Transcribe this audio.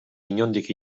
inondik